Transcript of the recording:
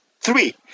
Three